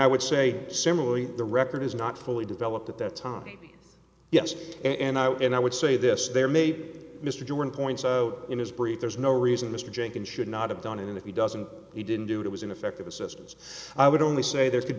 i would say similarly the record is not fully developed at that time yes and i would and i would say this there maybe mr jordan points out in his brief there's no reason mr jenkins should not have done it if he doesn't he didn't do it it was ineffective assistance i would only say there could